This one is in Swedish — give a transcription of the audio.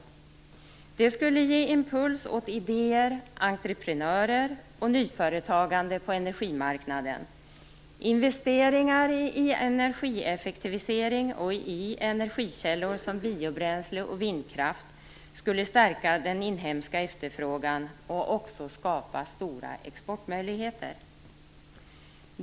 Det skulle ge impuls åt idéer, entreprenörer och nyföretagande på energimarknaden. Investeringar i energieffektivisering och i energikällor som biobränsle och vindkraft skulle stärka den inhemska efterfrågan och också skapa stora exportmöjligheter.